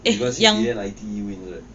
because in the end I_T_E wins right